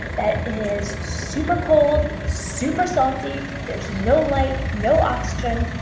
that is super cold, super salty, there's no light, no oxygen,